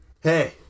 Hey